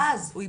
אז הוא יפתח.